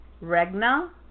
Regna